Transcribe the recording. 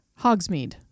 Hogsmeade